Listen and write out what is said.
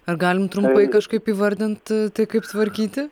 ar galim trumpai kažkaip įvardinti tai kaip tvarkyti